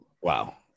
Wow